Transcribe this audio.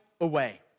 away